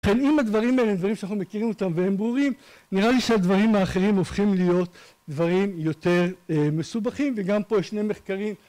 כן, אם הדברים האלה הם דברים שאנחנו מכירים אותם והם ברורים, נראה לי שהדברים האחרים הופכים להיות דברים יותר מסובכים, וגם פה יש שני מחקרים